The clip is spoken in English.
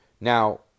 Now